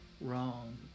wrong